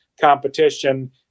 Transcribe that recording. competition